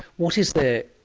what is there,